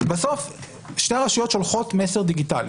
בסוף שתי רשויות שולחות מסר דיגיטלי.